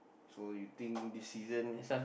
so you think this season